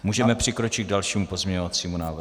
Můžeme přikročit k dalšímu pozměňovacímu návrhu.